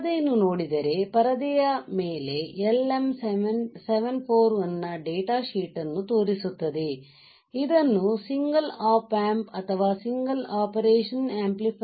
ಪರದೆಯನ್ನು ನೋಡಿದರೆ ಪರದೆಯು LM 741 ನ ಡೇಟಾ ಶೀಟ್ ಅನ್ನು ತೋರಿಸುತ್ತದೆ ಇದನ್ನು ಸಿಂಗಲ್ ಆಪ್ ಆಂಪ್ ಅಥವಾ single operation amplifier single operational amplifier